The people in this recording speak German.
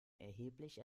erheblich